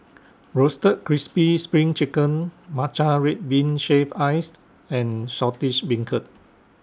Roasted Crispy SPRING Chicken Matcha Red Bean Shaved Ice and Saltish Beancurd